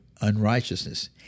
unrighteousness